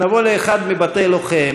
נבוא לאחד מבתי-הלוחם